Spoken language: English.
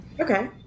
okay